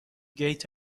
گیت